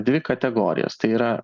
dvi kategorijas tai yra